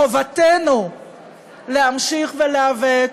חובתנו להמשיך להיאבק,